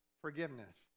forgiveness